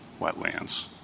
wetlands